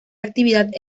actividad